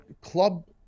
Club